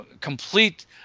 complete